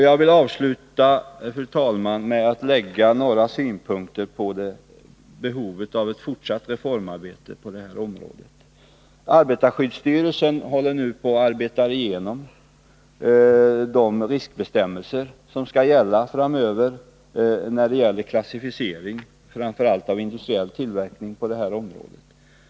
Jag vill slutligen, fru talman, anlägga några synpunkter på behovet av fortsatt reformarbete på detta område. Arbetarskyddsstyrelsen håller nu på att gå igenom de riskbestämmelser som skall gälla framöver i fråga om klassificering av framför allt industriell tillverkning på detta område.